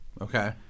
Okay